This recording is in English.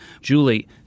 Julie